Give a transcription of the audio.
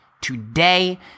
today